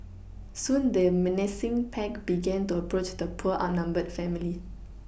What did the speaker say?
soon the menacing pack began to approach the poor outnumbered family